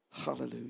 Hallelujah